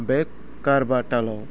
बे काहारबा तालाव